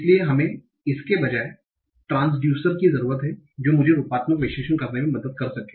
इसलिए हमें इसके बजाय ट्रांसड्यूसर की जरूरत है जो मुझे रूपात्मक विश्लेषण करने में मदद कर सके